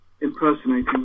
impersonating